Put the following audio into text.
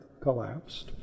collapsed